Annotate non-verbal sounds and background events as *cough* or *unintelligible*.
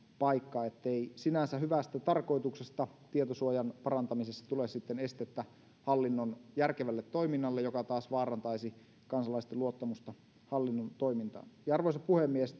paikka ettei sinänsä hyvästä tarkoituksesta tietosuojan parantamisesta tule sitten estettä hallinnon järkevälle toiminnalle mikä taas vaarantaisi kansalaisten luottamusta hallinnon toimintaan toinen näkökulma arvoisa puhemies *unintelligible*